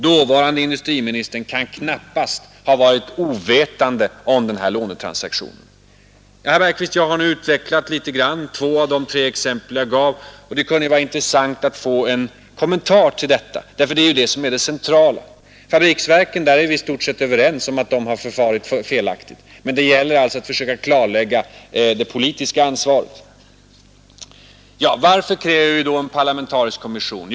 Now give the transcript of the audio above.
Dåvarande industriministern kan knappast ha varit ovetande om denna lånetransaktion. Herr Bergqvist! Jag har nu något utvecklat två av de tre exempel jag tog upp. Det skulle vara intressant att få en kommentar till dessa, eftersom det ju är dessa punkter som är de centrala. Beträffande fabriksverken är vi överens om att man förfarit felaktigt, men det gäller nu att försöka klarlägga det politiska ansvaret i detta sammanhang. Varför kräver vi då en parlamentarisk kommission?